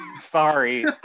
sorry